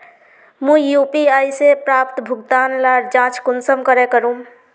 मुई यु.पी.आई से प्राप्त भुगतान लार जाँच कुंसम करे करूम?